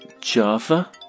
Java